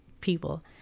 people